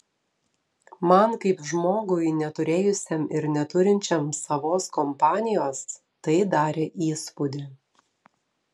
man kaip žmogui neturėjusiam ir neturinčiam savos kompanijos tai darė įspūdį